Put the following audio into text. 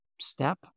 step